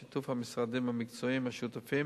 בשיתוף המשרדים המקצועיים השותפים,